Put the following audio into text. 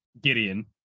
Gideon